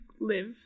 live